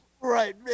Right